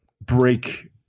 break